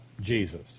Jesus